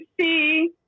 see